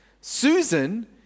Susan